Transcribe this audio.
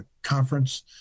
conference